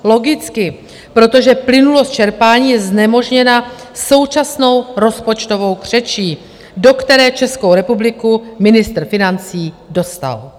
Logicky, protože plynulost čerpání je znemožněna současnou rozpočtovou křečí, do které Českou republiku ministr financí dostal.